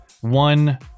one